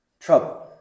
trouble